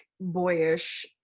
boyish